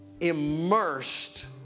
immersed